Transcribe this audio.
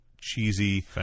cheesy